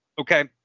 Okay